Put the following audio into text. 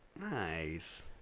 Nice